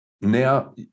Now